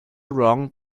wrong